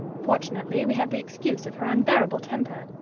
fortunately, we have the excuse of her unbearable temper.